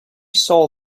saw